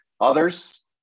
others